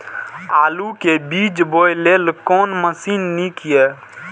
आलु के बीज बोय लेल कोन मशीन नीक ईय?